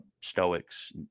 Stoics